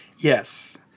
Yes